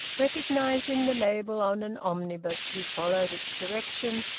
recognising the label on an omnibus, he followed its direction,